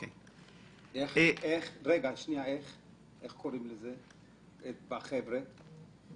איך קוראים לזה אצל החבר'ה?